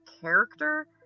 character